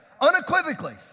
unequivocally